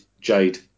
Jade